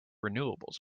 renewables